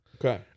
Okay